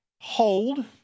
hold